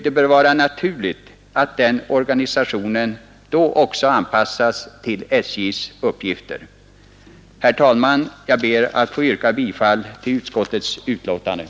Det bör vara naturligt att organisationen då anpassas till SJ:s uppgifter. Fru talman! Jag ber att få yrka bifall till utskottets hemställan.